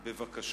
בבקשה.